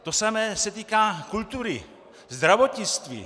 To samé se týká kultury, zdravotnictví.